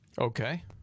Okay